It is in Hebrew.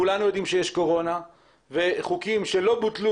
כולנו יודעים שיש קורונה וחוקים שלא בוטלו